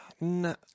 No